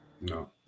No